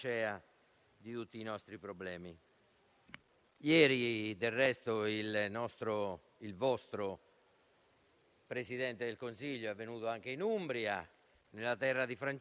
sberla in faccia ai problemi veri degli italiani, ai problemi che tutti i giorni gli italiani incontrano,